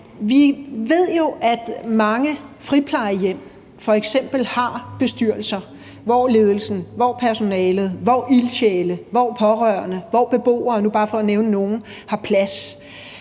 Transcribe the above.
Vi ved jo, at mange friplejehjem f.eks. har bestyrelser, hvor ledelsen, personalet, ildsjæle, pårørende og beboere – bare